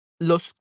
los